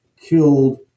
killed